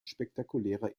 spektakulärer